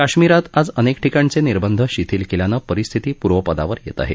कश्मीरात आज अनेक ठिकाणचे निर्बंध शिथिल केल्यानं परिस्थिती पूर्वपदावर येत आहे